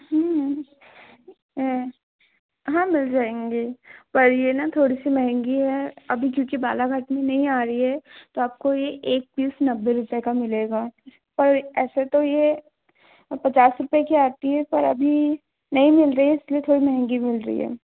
हाँ मिल जाएंगी पर ये न थोड़ी सी महंगी है अभी क्योंकि बालाघाट में नहीं आ रही है तो आपको यह एक पीस नब्बे रुपये का मिलेगा पर ऐसे तो ये पचास रुपये की आती है पर अभी नहीं मिल रही है इसलिए थोड़ी महंगी मिल रही है